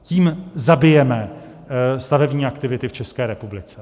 Tím zabijeme stavební aktivity v České republice.